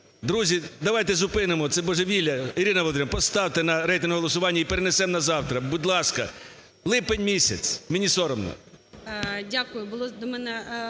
Друзі, давайте зупинимо це божевілля. Ірина Володимирівна, поставте на рейтингове голосування і перенесемо на завтра, будь ласка! Липень місяць. Мені соромно.